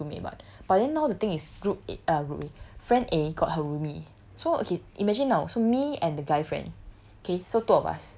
so obviously I want them as group mate [what] but then now the thing is group eh um friend A got her roomie so okay imagine now so me and the guy friend